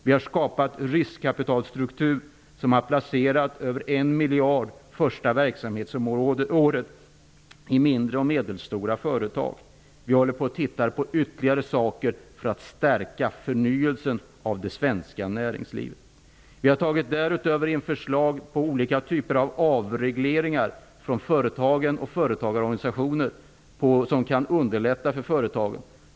Vi har skapat en riskkapitalstruktur som har placerat över 1 miljard i mindre och medelstora företag under det första verksamhetsåret. Vi håller på att titta på ytterligare saker som kan bidra till att stärka förnyelsen av det svenska näringslivet. Därutöver har vi från företagen och olika företagarorganisationer inhämtat förslag på olika typer av avregleringar som kan underlätta för företagen.